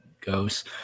goes